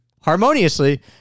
harmoniously